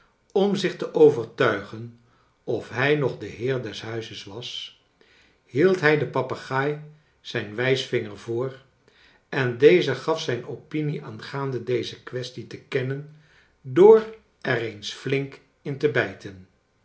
om zich te overtnigen of hij nog de heer des huizes was hield hij den papegaai zijn wijsvinger voor en deze gaf zijn opinie aangaande deze kwestie te kennen door er eens flink in te bij